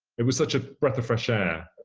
it was such a breath of fresh air.